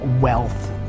wealth